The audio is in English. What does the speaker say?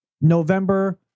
November